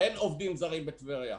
אין עובדים זרים בטבריה.